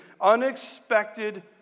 Unexpected